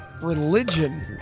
Religion